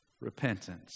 repentance